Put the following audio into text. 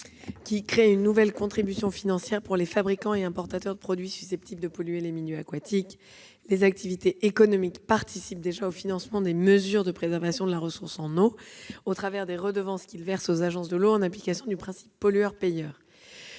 qui crée une nouvelle contribution financière pour les fabricants et importateurs de produits susceptibles de polluer les milieux aquatiques. Les activités économiques participent déjà au financement des mesures de préservation de la ressource en eau au travers des redevances qu'ils versent aux agences de l'eau en application du principe du pollueur-payeur.